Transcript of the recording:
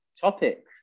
topic